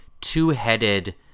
two-headed